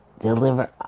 deliver